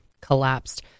collapsed